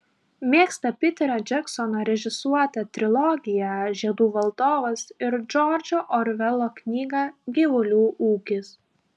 mėgsta piterio džeksono režisuotą trilogiją žiedų valdovas ir džordžo orvelo knygą gyvulių ūkis